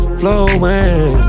flowing